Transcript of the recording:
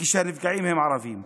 כשהנפגעים הם ערבים,